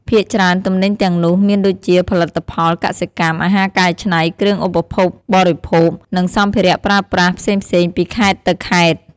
ភាគច្រើនទំនិញទាំងនោះមានដូចជា ផលិតផលកសិកម្ម អាហារកែច្នៃ គ្រឿងឧបភោគបរិភោគ និងសម្ភារប្រើប្រាស់ផ្សេងៗពីខេត្តទៅខេត្ត។